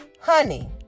Honey